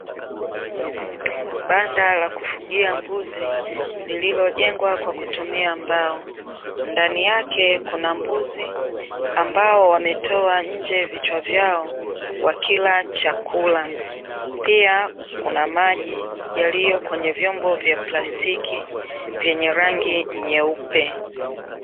Banda la kufugia mbuzi lililojengwa kwa kutumia mbao ndani yake kuna mbuzi ambao wametoa nje vichwa vyao wakila chakula, pia kuna maji yaliyo kwenye vyombo vya plastiki vyenye rangi nyeupe.